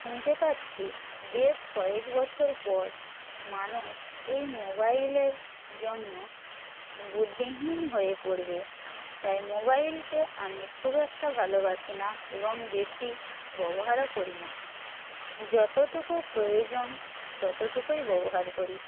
শুনতে পাচ্ছি বেশ কয়েক বছর পর মানুষ এই মোবাইলের জন্য বুদ্ধিহীন হয়ে পড়বে তাই মোবাইলকে আমি খুব একটা ভালোবাসি না এবং বেশি ব্যবহারও করি না যতটুকু প্রয়োজন ততটুকুই ব্যবহার করি